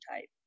type